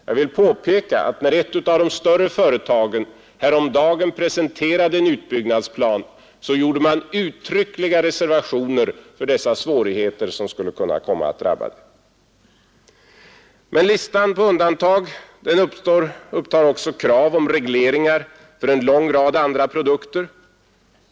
Jag vill påpeka att när ett av de större företagen häromdagen presenterade en utbyggnadsplan så gjordes uttryckliga reservationer för dessa svårigheter som skulle kunna komma att drabba det. Men listan på undantag upptar också krav på regleringar för en lång rad andra produkter.